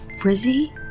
frizzy